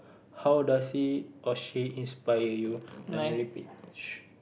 how does he or she inspire you let me repeat